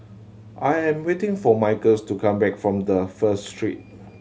I am waiting for Michael's to come back from the First Street